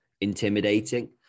intimidating